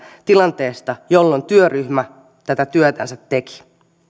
tilanteesta jolloin työryhmä tätä työtänsä teki